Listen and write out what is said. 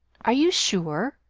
are you sure?